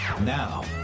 now